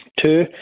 Two